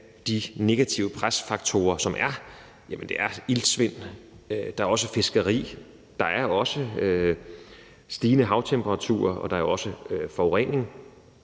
de negative presfaktorer, som der er, er iltsvind, fiskeri, stigende havtemperaturer, og der er også forurening.